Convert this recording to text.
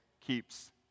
keeps